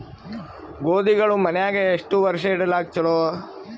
ಗೋಧಿಗಳು ಮನ್ಯಾಗ ಎಷ್ಟು ವರ್ಷ ಇಡಲಾಕ ಚಲೋ?